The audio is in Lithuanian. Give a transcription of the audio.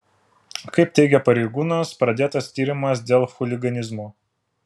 kaip teigia pareigūnas pradėtas tyrimas dėl chuliganizmo